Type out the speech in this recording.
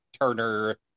Turner